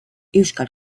euskal